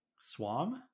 Swam